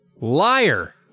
Liar